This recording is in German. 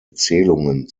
erzählungen